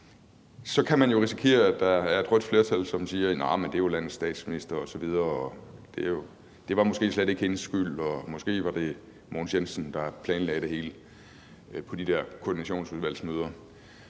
kan man jo risikere, at der er et rødt flertal, som siger: Nja, men det er jo landets statsminister osv., og det var måske slet ikke er hendes skyld, og måske var det Mogens Jensen, der planlagde det hele på de der Koordinationsudvalgsmøder.